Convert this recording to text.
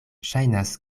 ŝajnas